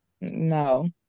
No